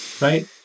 Right